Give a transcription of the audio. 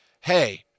hey